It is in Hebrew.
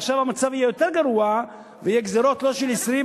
עכשיו המצב יהיה יותר גרוע ויהיו גזירות לא של 20,